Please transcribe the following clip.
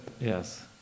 Yes